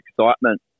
excitement